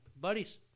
Buddies